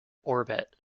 orbit